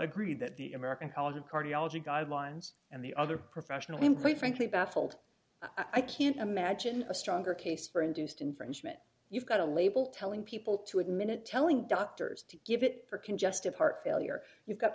agreed that the american college of cardiology guidelines and the other professional i'm quite frankly baffled i can't imagine a stronger case for induced infringement you've got a label telling people to admit it telling doctors to give it for congestive heart failure you've got